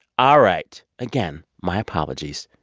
all right, again, my apologies.